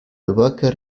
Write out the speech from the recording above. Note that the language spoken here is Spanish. albahaca